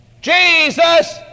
Jesus